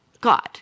God